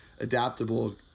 adaptable